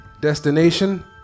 Destination